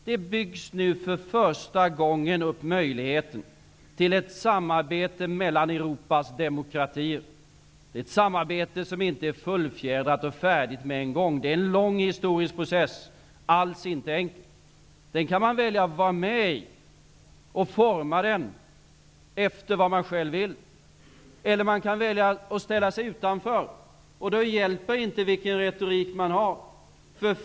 Det byggs nu för första gången upp möjlighet till ett samarbete mellan Europas demokratier. Det är ett samarbete som inte är fullfjädrat och färdigt med en gång. Det är en lång historisk process som inte alls är enkel. Man kan välja att vara med i den och forma den efter vad man själv vill. Man kan också välja att ställa sig utanför. Då hjälper det inte vilken retorik man har.